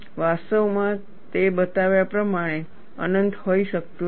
વાસ્તવમાં તે બતાવ્યા પ્રમાણે અનંત હોઈ શકતું નથી